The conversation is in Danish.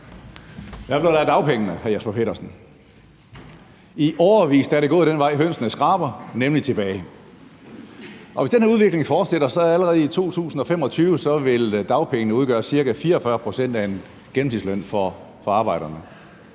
hr. Jesper Petersen? I årevis er det gået den vej, hønsene skraber, nemlig tilbage, og hvis den her udvikling fortsætter, vil dagpengene allerede i 2025 udgøre ca. 44 pct. af en gennemsnitsløn for arbejderne.